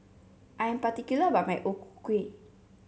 I am particular about my O Ku Kueh